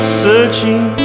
searching